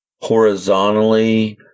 horizontally